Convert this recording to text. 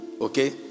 Okay